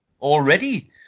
already